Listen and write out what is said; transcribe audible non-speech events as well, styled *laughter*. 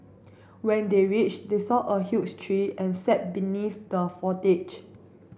when they reached they saw a huge tree and sat beneath the *unintelligible*